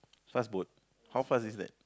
fast boat how far is that